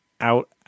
out